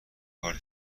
کار